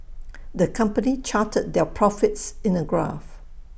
the company charted their profits in A graph